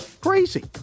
Crazy